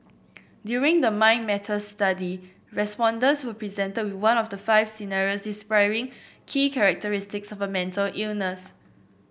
during the Mind Matters study respondents were presented with one of the five scenarios describing key characteristics of a mental illness